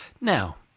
now